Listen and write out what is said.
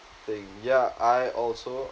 thing ya I also